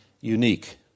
unique